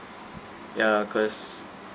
ya cause